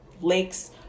lakes